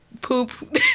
poop